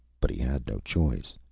but he had no choice.